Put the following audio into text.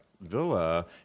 villa